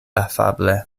afable